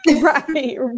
Right